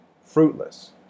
Fruitless